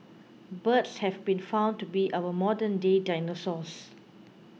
birds have been found to be our modernday dinosaurs